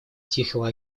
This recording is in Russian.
тихого